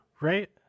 right